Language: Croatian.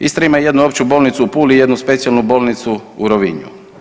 Istra ima jednu opću bolnicu u Puli i jednu specijalnu bolnicu u Rovinju.